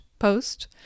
post